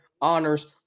honors